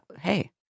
Hey